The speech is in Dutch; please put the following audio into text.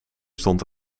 stond